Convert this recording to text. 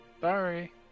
Sorry